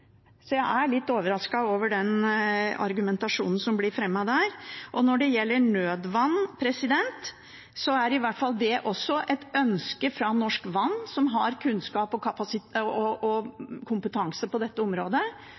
så jeg er litt overrasket over den argumentasjonen som blir fremmet. Når det gjelder nødvann, er i hvert fall det også et ønske fra Norsk Vann, som har kunnskap og kompetanse på dette området.